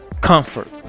comfort